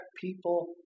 people